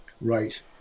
right